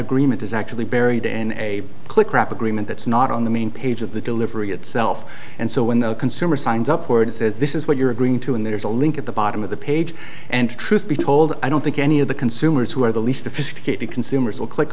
agreement is actually buried in a click wrap agreement that's not on the main page of the delivery itself and so when the consumer signs up or and says this is what you're agreeing to and there's a link at the bottom of the page and truth be told i don't think any of the consumers who are the least a few security consumers will click